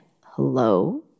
hello